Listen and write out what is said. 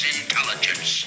intelligence